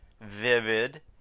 vivid